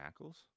Ackles